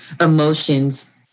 emotions